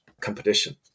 competition